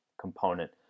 component